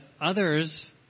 others